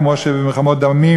כמו שבמלחמות דמים,